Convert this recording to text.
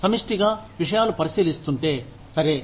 సమిష్టిగా విషయాలు పరిశీలిస్తుంటే సరే